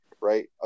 right